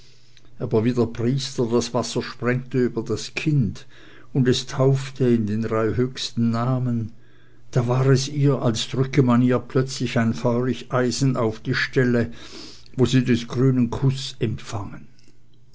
aber wie der priester das wasser sprengte über das kind und es taufte in den drei höchsten namen da war es ihr als drücke man ihr plötzlich ein feurig eisen auf die stelle wo sie des grünen kuß empfangen